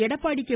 Edappadi K